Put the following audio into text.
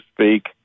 speak